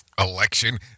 election